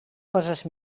coses